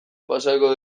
pasako